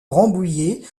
rambouillet